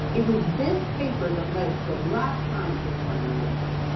it was this paper that led to the last scientist on our list,